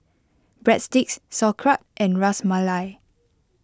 Breadsticks Sauerkraut and Ras Malai